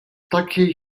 takiej